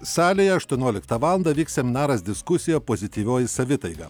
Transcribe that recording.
salėje aštuonioliktą valandą vyks seminaras diskusija pozityvioji savitaiga